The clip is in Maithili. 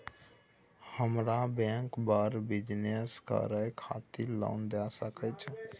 हमरा बैंक बर बिजनेस करे खातिर लोन दय सके छै?